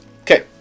Okay